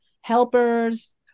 helpers